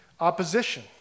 opposition